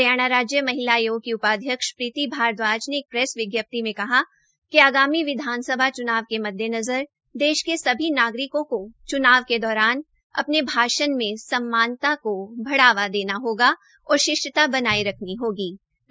हरियाणा राज्य महिला आयोग की उपाध्यक्ष प्रीती भारद्वाज ने एक प्रेस विज्ञप्ति में कहा कि आगामी विधानसभा च्नाव के मद्देनजर देश के सभी नागरिकों को च्नाव के दौरान अपने भाषण में सम्मानता को बढ़ावा देने और शिष्टता बनाए रखने की हिदायत की गई है